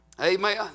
Amen